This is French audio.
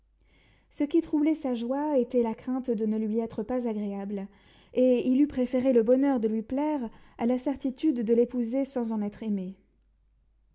ce qui troublait sa joie était la crainte de ne lui être pas agréable et il eût préféré le bonheur de lui plaire à la certitude de l'épouser sans en être aimé